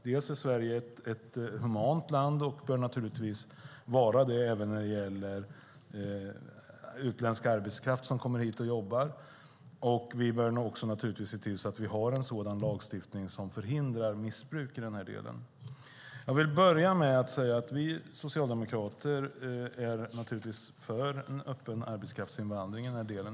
Dels är Sverige ett humant land och bör naturligtvis vara det även när det gäller utländsk arbetskraft som kommer hit och jobbar. Dels bör vi naturligtvis se till att vi har en sådan lagstiftning som förhindrar missbruk. Vi socialdemokrater är naturligtvis för en öppen arbetskraftsinvandring i den här delen.